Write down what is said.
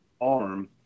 arm